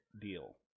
deal